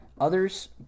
others